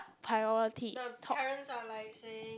priority top